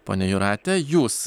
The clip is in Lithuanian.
ponia jūrate jūs